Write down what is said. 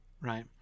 right